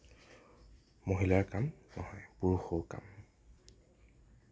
মহিলাৰ কাম নহয় পুৰুষৰো কাম